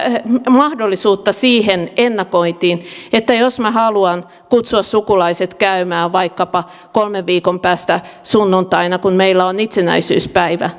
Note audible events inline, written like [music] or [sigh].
mahdollisuutta siihen ennakointiin että jos minä haluan kutsua sukulaiset käymään vaikkapa kolmen viikon päästä sunnuntaina kun meillä on itsenäisyyspäivä [unintelligible]